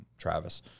Travis